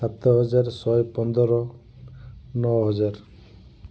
ସାତ ହଜାର ଶହେ ପନ୍ଦର ନଅ ହଜାର